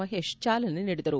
ಮಹೇಶ್ ಚಾಲನೆ ನೀಡಿದರು